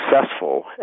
successful